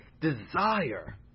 desire